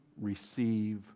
receive